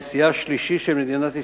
נשיאה שלישי של מדינת ישראל,